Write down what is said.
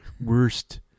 Worst